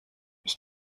ich